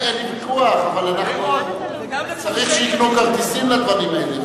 אין לי ויכוח, צריך שיקנו כרטיסים לדברים האלה.